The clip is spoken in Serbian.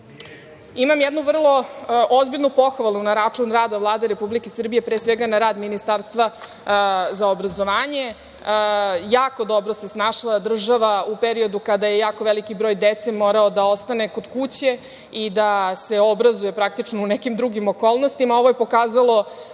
jednu vrlo ozbiljnu pohvalu na račun rada Vlade Republike Srbije, pre svega na rad Ministarstva za obrazovanje. Jako dobro se snašla država u periodu kada je jako veliki broj dece morao da ostane kod kuće i da se obrazuje u nekim drugim okolnostima. Ovo je pokazalo